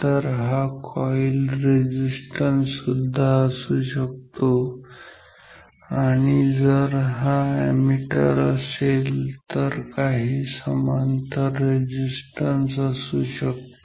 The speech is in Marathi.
तर हा कॉईल रेझिस्टन्स सुद्धा असू शकतो आणि जर हा अॅमीटर असेल तर हा काही समांतर रेझिस्टन्स असू शकतो